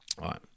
Right